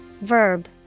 Verb